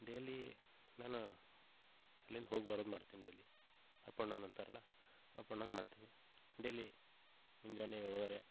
daily ನಾನು ಅಲ್ಲಿಂದ ಹೋಗಿ ಬರೋದು ಮಾಡ್ತಿನಿ ಡೇಲಿ ಅಪ್ ಆ್ಯಂಡ್ ಡೌನ್ ಅಂತಾರಲ್ಲ ಅಪ್ ಆ್ಯಂಡ್ ಡೌನ್ ಮಾಡ್ತಿನಿ ಡೇಲಿ ಮುಂಜಾನೆ ಏಳೂವರೆ